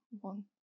one